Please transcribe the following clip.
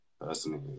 Personally